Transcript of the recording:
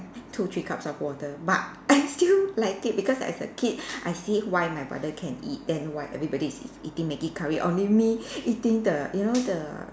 two three cups of water but I still like it because as a kid I see why my brother can eat then why everybody is eat~ eating Maggi curry only me eating the you know the